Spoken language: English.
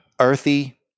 earthy